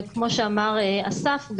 וכמו שאמר אסף,